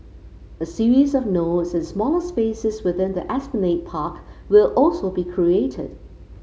a series of nodes and smaller spaces within the Esplanade Park will also be created